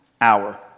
hour